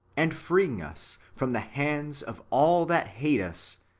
and freeing us from the hands of all that hate us,